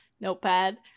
notepad